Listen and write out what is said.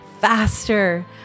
faster